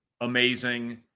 amazing